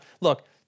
look